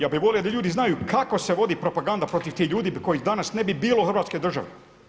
Ja bih volio da ljudi znaju kako se vodi propaganda protiv tih ljudi kojih danas ne bi bilo Hrvatske države.